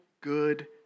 good